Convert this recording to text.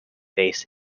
based